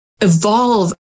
evolve